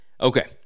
Okay